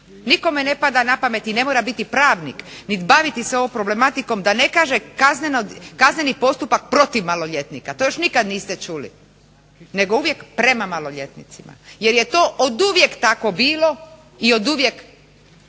Nikome ne pada na pamet i ne mora biti pravnik i baviti se ovom problematikom da ne kaže kazneni postupak protiv maloljetnika. To još nikada niste čuli nego uvijek prema maloljetnicima. Jer je to od uvijek tako bilo i oduvijek